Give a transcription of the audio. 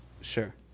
Sure